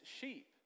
sheep